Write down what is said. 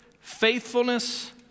faithfulness